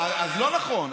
לא נכון.